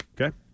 Okay